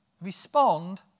respond